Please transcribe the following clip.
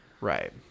Right